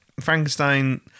Frankenstein